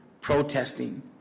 protesting